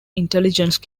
intelligence